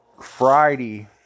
Friday